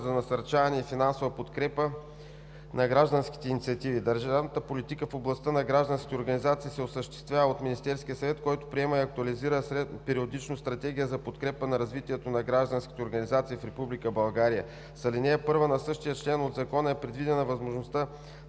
за насърчаване и финансова подкрепа на граждански инициативи. Държавната политика в областта на гражданските организации се осъществява от Министерския съвет, който приема и актуализира периодично Стратегия за подкрепа на развитието на гражданските организации в Република България. С ал. 1 на същия член от Закона е предвидена възможността